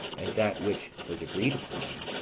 and that which was agreed upon,